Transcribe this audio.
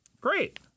Great